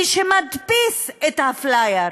מי שמדפיס את הפלאייר.